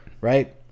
right